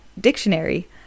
dictionary